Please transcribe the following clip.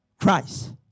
Christ